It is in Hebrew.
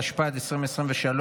התשפ"ד 2023,